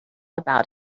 about